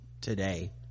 today